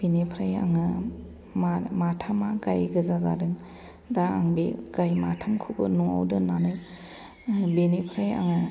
बेनिफ्राय आङो मा माथामआ गाय गोजा जादों दा आं बे गाय माथामखौबो न'आव दोन्नानै बिनिफ्राय आङो